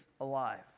alive